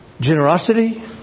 generosity